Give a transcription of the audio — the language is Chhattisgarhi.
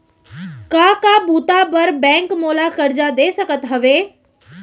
का का बुता बर बैंक मोला करजा दे सकत हवे?